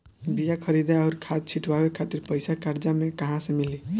बीया खरीदे आउर खाद छिटवावे खातिर पईसा कर्जा मे कहाँसे मिली?